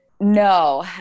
No